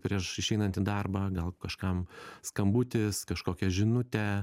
prieš išeinant į darbą gal kažkam skambutis kažkokia žinutė